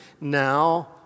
now